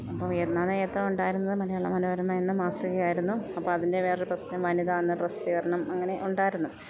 അപ്പം നേരത്തെ ഉണ്ടായിരുന്നത് മലയാള മനോരമ എന്ന മാസികയായിരുന്നു അപ്പം അതിൻ്റെ വേറൊരു പ്രസ്നം വനിത എന്ന പ്രസിദ്ധീകരണം അങ്ങനെ ഉണ്ടായിരുന്നു